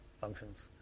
functions